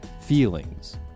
feelings